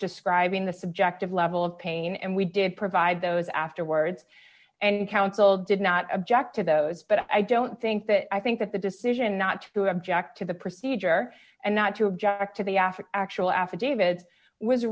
describing the subjective level of pain and we did provide those afterwards and counsel did not object to those but i don't think that i think that the decision not to object to the procedure and not to object to the after actual affidavit was